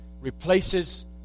replaces